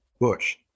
Bush